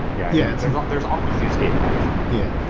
yeah yeah there's always the escape patch. yeah.